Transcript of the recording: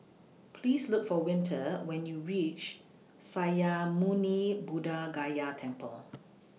Please Look For Winter when YOU REACH Sakya Muni Buddha Gaya Temple